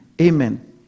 Amen